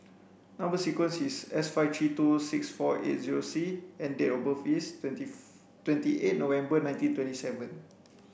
number sequence is S five three two six four eight zero C and date of birth is twenty twenty eight November nineteen twenty seven